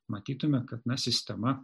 matytume kad na sistema